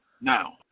Now